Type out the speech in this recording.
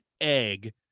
egg